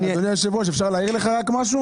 אדוני היושב ראש, אפשר להעיר לך משהו?